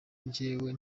njyewe